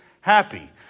happy